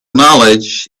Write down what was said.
knowledge